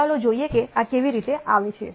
ચાલો જોઈએ કે આ કેવી રીતે આવે છે